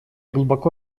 глубоко